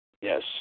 Yes